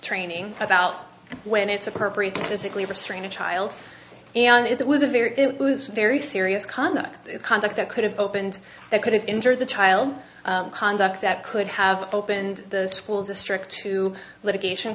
training about when it's appropriate to physically restrain a child and if it was a very very serious conduct conduct that could have opened they could have entered the child conduct that could have opened the school district to litigation